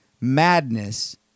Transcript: madness